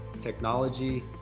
technology